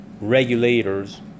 regulators